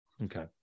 Okay